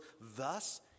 Thus